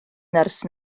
nyrs